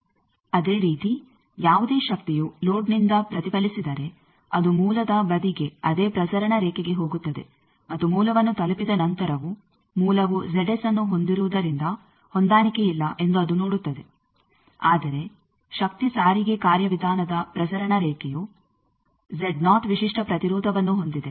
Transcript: ಅದೇ ರೀತಿ ಯಾವುದೇ ಶಕ್ತಿಯು ಲೋಡ್ನಿಂದ ಪ್ರತಿಫಲಿಸಿದರೆ ಅದು ಮೂಲದ ಬದಿಗೆ ಅದೇ ಪ್ರಸರಣ ರೇಖೆಗೆ ಹೋಗುತ್ತದೆ ಮತ್ತು ಮೂಲವನ್ನು ತಲುಪಿದ ನಂತರ ಮೂಲವು ಅನ್ನು ಹೊಂದಿರುವುದರಿಂದ ಹೊಂದಾಣಿಕೆಯಿಲ್ಲ ಎಂದು ಅದು ನೋಡುತ್ತದೆ ಆದರೆ ಶಕ್ತಿ ಸಾರಿಗೆ ಕಾರ್ಯವಿಧಾನದ ಪ್ರಸರಣ ರೇಖೆಯು ವಿಶಿಷ್ಟ ಪ್ರತಿರೋಧವನ್ನು ಹೊಂದಿದೆ